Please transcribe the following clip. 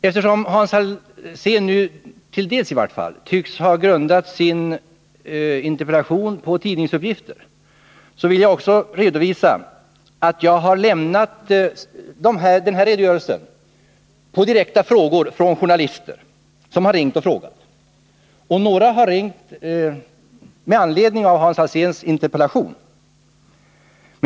Eftersom Hans Alsén nu -— till dels, i vart fall — tycks ha grundat sin interpellation på tidningsuppgifter, vill jag också meddela att jag har lämnat den här redogörelsen på direkta frågor från journalister som har ringt mig; några av dem har ringt med anledning av Hans Alséns interpellation.